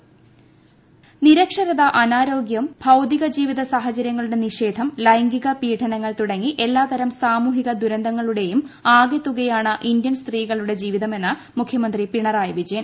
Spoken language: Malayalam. മുഖ്യമന്ത്രി ക്യാംപ്പെയ്ിൻ നിരക്ഷരത അനാരോഗ്യ് ഭൌതിക ജീവിത സാഹചര്യങ്ങളുടെ നിഷേധം ലൈംഗിക പീഡനങ്ങൾ തുടങ്ങി എല്ലാതരം സാമൂഹിക ദുരന്തങ്ങളുടെയും ആകെ തുകയാണ് ഇന്ത്യൻ സ്ത്രീകളുടെ ജീവിതമെന്ന് മുഖ്യമന്ത്രി പിണറായി വിജയൻ